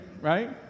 right